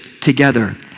together